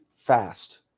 fast